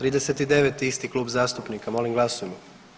39. isti klub zastupnika, molim glasujmo.